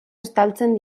estaltzen